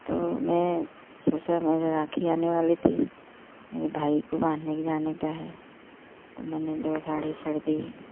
तो मैं सोचा मैं जो राखी आने वाली थी मेरे भाई को बांधने को जाने का है तो मैंने दो साड़ी खरीदी